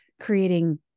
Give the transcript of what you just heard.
creating